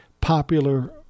popular